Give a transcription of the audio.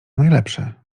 najlepsze